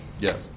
Yes